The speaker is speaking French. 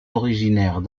originaires